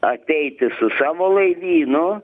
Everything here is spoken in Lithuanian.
ateiti su savo laivynu